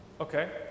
Okay